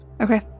Okay